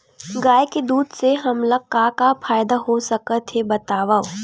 गाय के दूध से हमला का का फ़ायदा हो सकत हे बतावव?